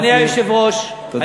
אדוני היושב-ראש, תודה רבה.